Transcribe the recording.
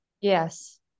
Yes